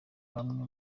bamwe